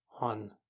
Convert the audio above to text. on